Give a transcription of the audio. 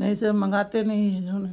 नहीं से हम मँगाते नहीं हैं जो है